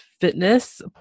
fitness